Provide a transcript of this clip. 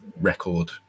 record